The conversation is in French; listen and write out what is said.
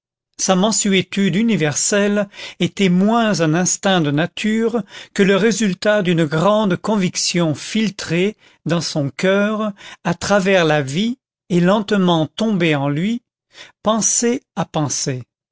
sa mansuétude universelle était moins un instinct de nature que le résultat d'une grande conviction filtrée dans son coeur à travers la vie et lentement tombée en lui pensée à pensée